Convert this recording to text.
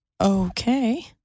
Okay